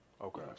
Okay